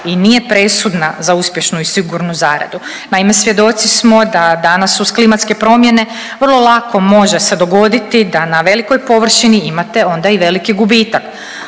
i nije presudna za uspješnu i sigurnu zaradu. Naime, svjedoci smo da danas uz klimatske promjene vrlo lako može se dogoditi da na velikoj površini imate onda i veliki gubitak.